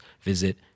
visit